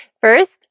First